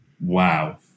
Wow